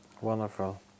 Wonderful